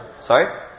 Sorry